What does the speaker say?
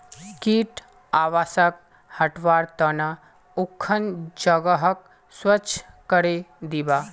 कीट आवासक हटव्वार त न उखन जगहक स्वच्छ करे दीबा